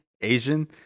Asian